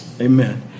amen